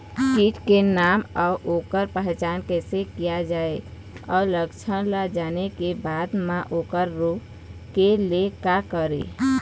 कीट के नाम अउ ओकर पहचान कैसे किया जावे अउ लक्षण ला जाने के बाद मा ओकर रोके ले का करें?